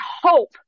hope